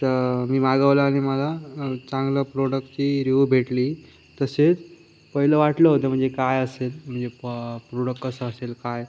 च मी मागवला आणि मला चांगलं प्रोडक्टची रिवू भेटली तसेच पहिलं वाटलं होतं म्हणजे काय असेल म्हणजे प प्रोडक्ट कसा असेल काय